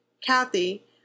Kathy